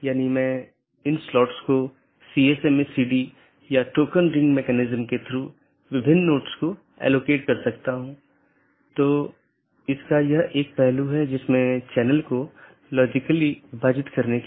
इसलिए मैं एकल प्रविष्टि में आकस्मिक रूटिंग विज्ञापन कर सकता हूं और ऐसा करने में यह मूल रूप से स्केल करने में मदद करता है